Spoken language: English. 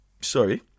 Sorry